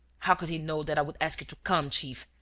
how could he know that i would ask you to come, chief?